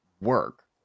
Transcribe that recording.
work